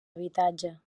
habitatge